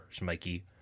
mikey